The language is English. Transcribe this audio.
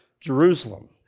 jerusalem